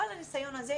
כל הניסיון הזה,